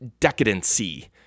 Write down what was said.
decadency